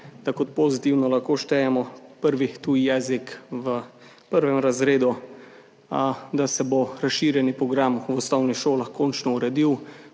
da kot pozitivno lahko štejemo prvi tuji jezik v 1. razredu, da se bo razširjeni program v osnovnih šolah končno uredil